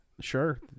sure